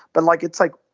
but, like, it's, like,